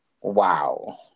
Wow